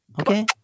Okay